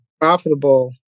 profitable